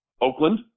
Oakland